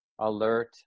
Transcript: alert